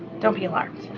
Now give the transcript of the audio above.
don't be alarmed.